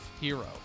hero